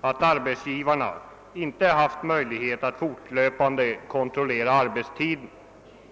att arbetsgivarna inte haft möjlighet att fortlöpande kontrollera arbetstiden.